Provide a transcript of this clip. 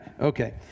Okay